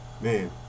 Man